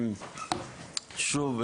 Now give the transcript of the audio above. שוב,